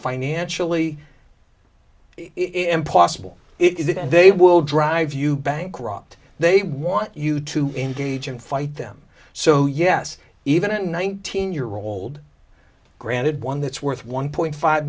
financially impossible it and they will drive you bankrupt they want you to engage and fight them so yes even a nineteen year old granted one that's worth one point five